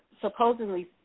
supposedly